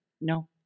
No